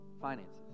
finances